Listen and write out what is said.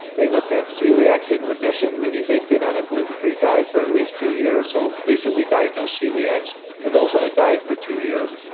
they looked at celiacs and remission meaning, they had been on a gluten-free diet for at least two years, so recently diagnosed celiacs or those on a diet for two years.